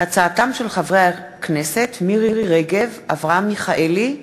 בהצעתם של חברי הכנסת מירי רגב, אברהם מיכאלי,